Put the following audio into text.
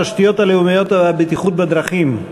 התשתיות הלאומיות והבטיחות בדרכים,